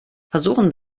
versuchen